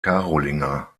karolinger